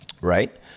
right